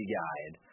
guide